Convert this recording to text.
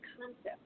concept